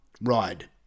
ride